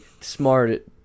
smart